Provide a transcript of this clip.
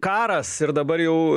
karas ir dabar jau